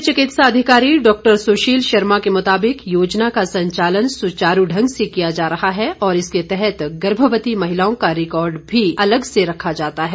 मुख्य चिकित्सा अधिकरी डॉक्टर सुशील शर्मा के मुताबिक योजना का संचालन सुचारू ढंग से किया जा रहा है और इसके तहत गर्भवती महिलाओं का रिकॉर्ड भी अलग से रखा जाता है